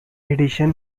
edition